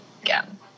again